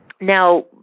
Now